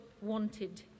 wanted